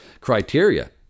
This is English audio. criteria